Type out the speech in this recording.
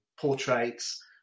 portraits